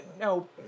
no